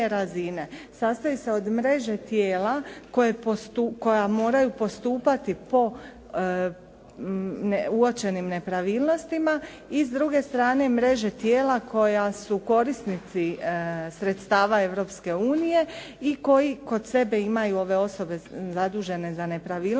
sastoji se od mreže tijela koja moraju postupati po uočenim nepravilnostima i s druge strane mreže tijela koja su korisnici sredstava Europske unije i koji kod sebe imaju ove osobe zadužene za nepravilnosti